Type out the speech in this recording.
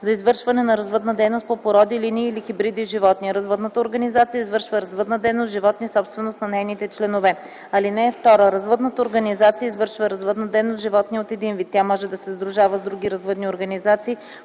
за извършване на развъдна дейност по породи, линии или хибриди животни. Развъдната организация извършва развъдна дейност с животни, собственост на нейните членове. (2) Развъдната организация извършва развъдна дейност с животни от един вид. Тя може да се сдружава с други развъдни организации,